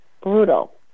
brutal